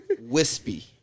wispy